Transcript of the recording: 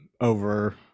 over